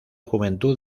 juventud